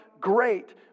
great